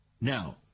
Now